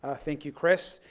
ah thank you, chris.